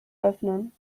öffnen